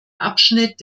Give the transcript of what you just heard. abschnitt